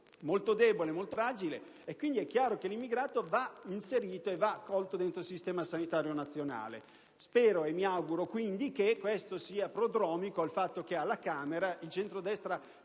molto debole e fragile. È chiaro che l'immigrato va inserito e accolto nel sistema sanitario nazionale. Spero e mi auguro quindi che questa mozione sia prodromica al fatto che alla Camera il centrodestra